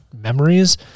memories